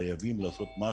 חייבים לעשות משהו.